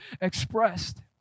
expressed